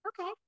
Okay